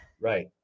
right